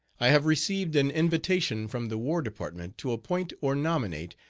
i have received an invitation from the war department to appoint, or nominate,